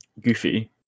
Goofy